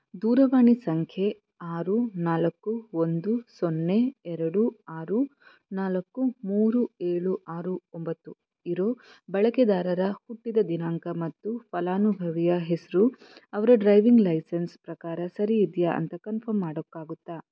ದೂರವಾಣಿ ಸಂಖ್ಯೆ ಆರು ನಾಲ್ಕು ಒಂದು ಸೊನ್ನೆ ಎರಡು ಆರು ನಾಲ್ಕು ಮೂರು ಏಳು ಆರು ಒಂಬತ್ತು ಇರೋ ಬಳಕೆದಾರರ ಹುಟ್ಟಿದ ದಿನಾಂಕ ಮತ್ತು ಫಲಾನುಭವಿಯ ಹೆಸರು ಅವರ ಡ್ರೈವಿಂಗ್ ಲೈಸೆನ್ಸ್ ಪ್ರಕಾರ ಸರಿಯಿದೆಯಾ ಅಂತ ಕನ್ಫರ್ಮ್ ಮಾಡೋಕಾಗುತ್ತಾ